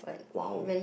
!wow!